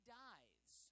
dies